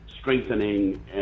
strengthening